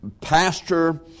pastor